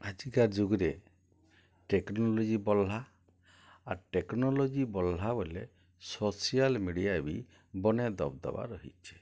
ଆଜିକା ଯୁଗରେ ଟେକ୍ନୋଲୋଜି ବଢ଼୍ଲା ଆର୍ ଟେକ୍ନୋଲୋଜି ବଢ଼୍ଲା ବେଲେ ସୋସିଆଲ୍ ମିଡ଼ିଆ ବି ବନେ ଦବ୍ଦବା ରହିଛେ